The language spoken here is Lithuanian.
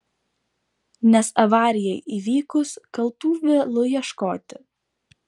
nes avarijai įvykus kaltų vėlu ieškoti